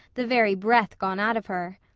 the very breath gone out of her.